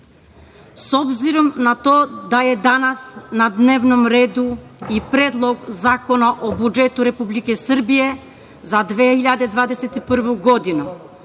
obzirom na to da je danas na dnevnom redu i Predlog zakona o budžetu Republike Srbije za 2021. godinu